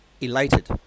elated